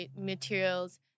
materials